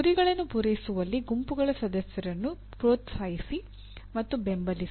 ಗುರಿಗಳನ್ನು ಪೂರೈಸುವಲ್ಲಿ ಗುಂಪುಗಳ ಸದಸ್ಯರನ್ನು ಪ್ರೋತ್ಸಾಹಿಸಿ ಮತ್ತು ಬೆಂಬಲಿಸಿ